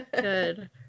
Good